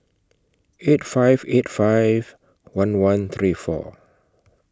eight five eight five one one three four